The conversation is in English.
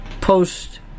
post